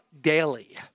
daily